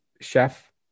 Chef